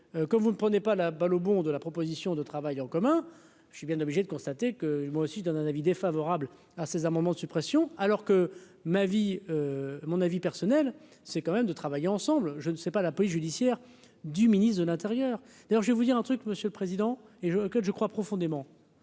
comme vous ne prenez pas la balle au bond de la proposition de travail en commun, je suis bien obligé de constater que, moi aussi, je donne un avis défavorable à ces amendements de suppression alors que ma vie à mon avis personnel c'est quand même de travailler ensemble, je ne sais pas, la police judiciaire du ministre de l'Intérieur. D'ailleurs, je vais vous dire un truc, monsieur le président, et je que je crois profondément,